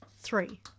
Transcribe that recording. three